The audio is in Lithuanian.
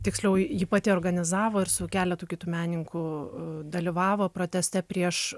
tiksliau ji pati organizavo ir su keletu kitų menininkų dalyvavo proteste prieš